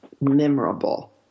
memorable